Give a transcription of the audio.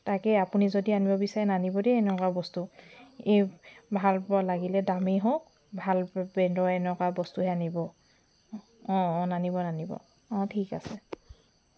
তাকে আপুনি যদি আনিব বিচাৰে নানিব দেই এনেকুৱা বস্তু এই ভালপোৱা লাগিলে দামেই হওক ভাল ব্ৰেণ্ডৰ এনেকুৱা বস্তু হে আনিব অঁ অঁ নানিব নানিব অঁ ঠিক আছে